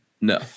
No